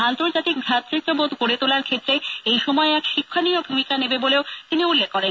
আন্তর্জাতিক ভ্রাতৃত্ববোধের গড়ে তোলার ক্ষেত্রে এই সময় এক শিক্ষনীয় ভূমিকা নেবে বলেও তিনি উল্লেখ করেন